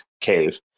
cave